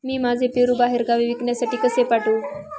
मी माझे पेरू बाहेरगावी विकण्यासाठी कसे पाठवू?